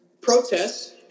protests